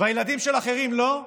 והילדים של אחרים לא,